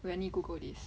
wait I need to google this